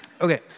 okay